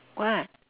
what